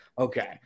Okay